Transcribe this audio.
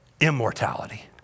immortality